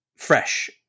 fresh